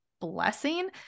blessing